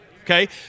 Okay